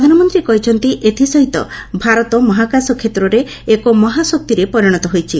ପ୍ରଧାନମନ୍ତ୍ରୀ କହିଛନ୍ତି' ଏଥିସହିତ ଭାରତ ମହାକାଶ କ୍ଷେତ୍ରରେ ଏକ ମହାଶକ୍ତିରେ ପରିଣତ ହୋଇଛି